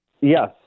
Yes